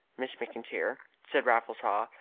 miss mcintyre, said raffles haw,